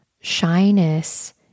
shyness